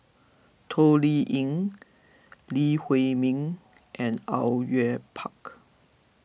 Toh Liying Lee Huei Min and Au Yue Pak